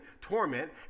torment